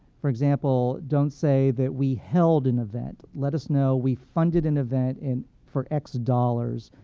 for example, don't say that we held an event. let us know we funded an event and for x dollars,